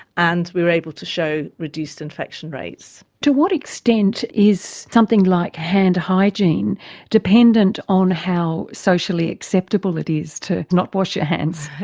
and we were able to show reduced infection rates. to what extent is something like hand hygiene dependent on how socially acceptable it is to not wash your hands?